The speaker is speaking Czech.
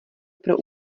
pro